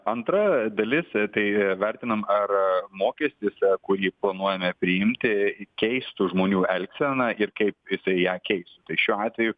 antra dalis tai vertinam ar mokestis kurį planuojame priimti keistų žmonių elgseną ir kaip jisai ją keis tai šiuo atveju